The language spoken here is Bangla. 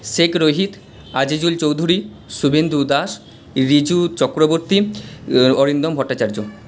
শেখ রোহিত আজিজুল চৌধুরী শুভেন্দু দাস রিজু চক্রবর্তী অরিন্দম ভট্টাচার্য